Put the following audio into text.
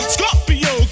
Scorpio